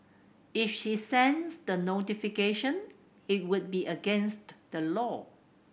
if she sends the notification it would be against the law